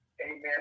Amen